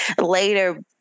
later